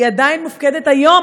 היא עדיין מופקדת היום,